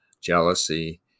jealousy